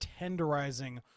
tenderizing